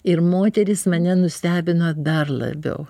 ir moteris mane nustebino dar labiau